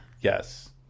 Yes